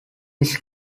his